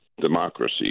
democracy